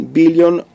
billion